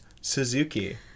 suzuki